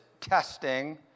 testing